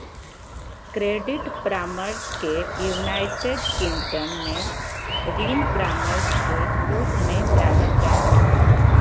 credit परामर्श के United Kingdom में ऋण परामर्श के रूप में जानल जा हइ